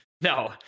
No